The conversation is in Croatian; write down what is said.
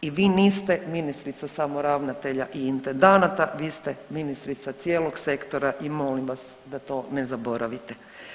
I vi niste ministrica samo ravnatelja i intendanata, vi ste ministrica cijelog sektora i molim vas da to ne zaboravite.